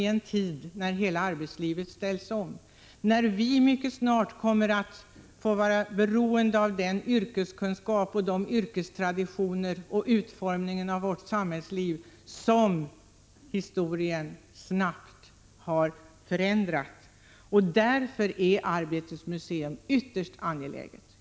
I en tid när hela arbetslivet ställs om, när vi mycket snart kommer att vara beroende av den yrkeskunskap och de yrkestraditioner samt den utformning av vårt samhällsliv som historien snabbt har förändrat, är Arbetets museum ytterst angeläget.